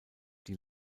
die